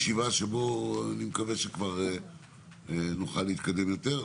ישיבה שבה אני מקווה שנוכל להתקדם יותר.